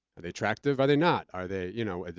are they attractive, are they not? are they, you know,